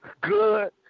good